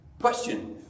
Question